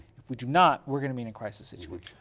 if we do not, we're going to be in a crisis situation.